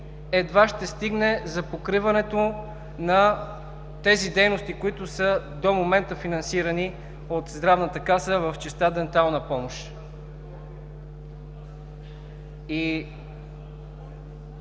едва ще стигне за покриването на тези дейности, които до момента са финансирани от Здравната каса в частта „Дентална помощ“.